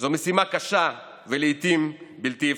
זו משימה קשה ולעיתים בלתי אפשרית.